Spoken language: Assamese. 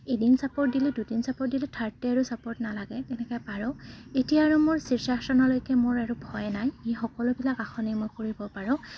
এদিন চাপৰ্ট দিলে দুদিন চাপৰ্ট দিলে থাৰ্ড ডে আৰু ছাপৰ্ট নালাগে তেনেকৈ পাৰোঁ এতিয়া আৰু মোৰ লৈকে মোৰ আৰু ভয় নাই এই সকলোবিলাক আসনেই মই কৰিব পাৰোঁ